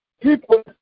people